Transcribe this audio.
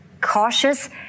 cautious